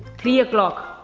three o'clock,